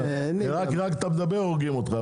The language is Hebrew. עירקי רק אתה מדבר הורגים אותך,